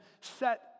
set